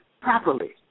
properly